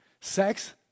Sex